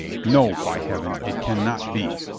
no, by heaven, it can not be!